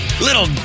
little